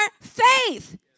faith